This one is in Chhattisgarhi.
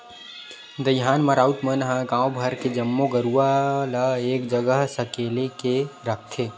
दईहान म राउत मन ह गांव भर के जम्मो गरूवा ल एक जगह सकेल के रखथे